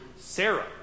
Sarah